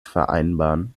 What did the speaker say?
vereinbaren